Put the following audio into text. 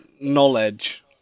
knowledge